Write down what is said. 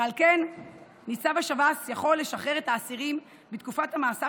ועל כן נציב השב"ס יכול לשחרר את האסירים מתקופת המאסר